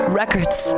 records